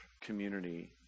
community